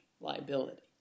liability